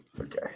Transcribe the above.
okay